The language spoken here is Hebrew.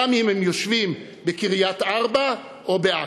גם אם הם יושבים בקריית-ארבע או בעכו.